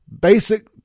basic